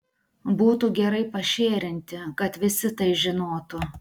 būtų gerai pašėrinti kad visi tai žinotų